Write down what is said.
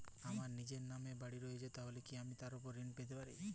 আমার নিজের নামে বাড়ী রয়েছে তাহলে কি আমি তার ওপর ঋণ পেতে পারি?